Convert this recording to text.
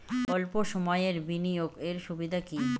অল্প সময়ের বিনিয়োগ এর সুবিধা কি?